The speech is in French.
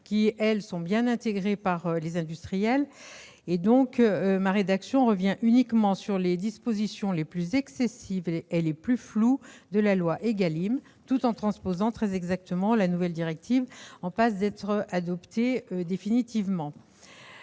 qui sont bien appliquées par les industriels, et revient uniquement sur les dispositions les plus excessives et les plus floues de la loi ÉGALIM, tout en transposant très exactement la nouvelle directive en passe d'être définitivement